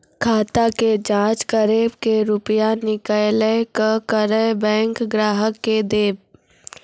खाता के जाँच करेब के रुपिया निकैलक करऽ बैंक ग्राहक के देब?